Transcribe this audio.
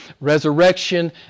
resurrection